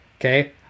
Okay